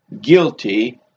guilty